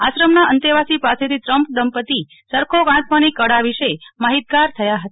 આશ્રમ ના અંતેવાસી પાસેથી ટ્રમ્પ દંપતી ચરખો કાંતવાની કળા વિષે માહિતગાર થયા હતા